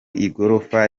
igorofa